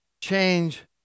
change